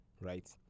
right